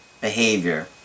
behavior